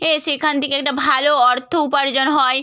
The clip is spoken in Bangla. এ সেখান থেকে একটা ভালো অর্থ উপার্জন হয়